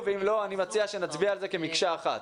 ואם לא אני מציע שנצביע על זה כמקשה אחת.